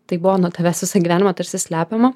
tai buvo nuo tavęs visą gyvenimą tarsi slepiama